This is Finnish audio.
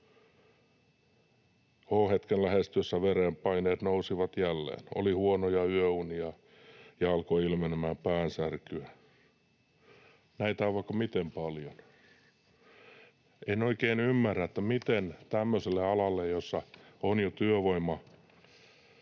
H-hetken lähestyessä verenpaineet nousivat jälleen. Oli huonoja yöunia ja alkoi ilmenemään päänsärkyä.” Näitä on vaikka miten paljon. En oikein ymmärrä, miten tämmöiselle alalle, jolla on jo työvoimapulaa,